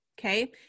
okay